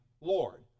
Lord